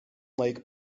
lake